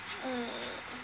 mm